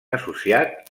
associat